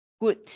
good